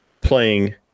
playing